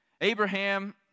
Abraham